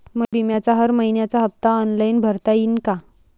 मले बिम्याचा हर मइन्याचा हप्ता ऑनलाईन भरता यीन का?